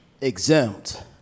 exempt